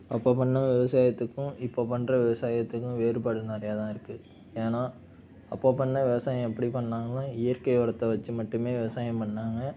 அப்போ பண்ணுண விவசாயத்துக்கும் இப்போ பண்ணுற விவசாயத்துக்கும் வேறுபாடு நிறையா தான் இருக்குது ஏன்னா அப்போ பண்ணுண விவசாயம் எப்படி பண்ணாங்களா இயற்கை உரத்த வச்சு மட்டுமே விவசாயம் பண்ணாங்க